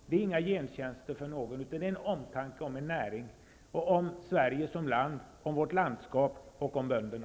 Det är inte fråga om några gentjänster till någon, utan omtanke om en näring, om Sverige som land, om vårt landskap och om bönderna.